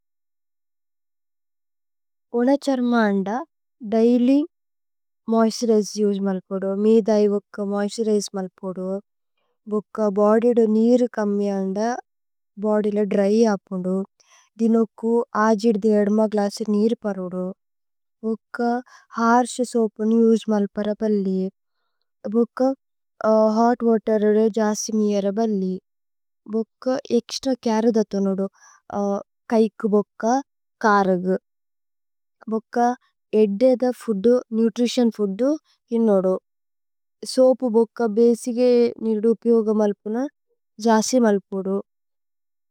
ഉനഛര്മാ ന്ദ ദൈലി മോഇസ്തുരിജേ। ഉസേ മല്പുദു മീദൈ ബുക്ക മോഇസ്തുരിജേ മല്പുദു। ബുക്ക ബോദിദു നീരു കമ്മി ന്ദ ബോദിലേ ദ്ര്യ। പുദു ദിനുക്കു ആജിദ് ദേയേദ്മ ഗ്ലസേ നീരു പരുദു। ബുക്ക ഹര്ശേസ് ഓപേനു ഉസേ മല്പുദു ബല്ലി ബുക്ക। ഹോത് വതേരു ജസി മീരു ബല്ലി ബുക്ക ഏക്സ്ത്ര। കരധതുനുദു കൈ കൈകുദു ബുക്ക ഏദ്ദേ ധ। ഫൂദു നുത്രിതിഓന് ഫൂദു ഇന്നുദു സോപ് ബുക്ക। ബസിഗേ നീരു പിയോഗ മല്പുന ജസി മല്പുദു।